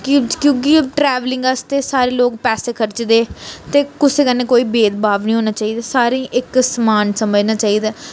क्योंकि ट्रेवलिंग आस्तै सारे लोग पैसे खरचदे ते कुसै कन्नै कोई भेदभाव नेईं होना चाहिदा सारें गी इक समान समझना चाहिदा